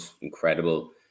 incredible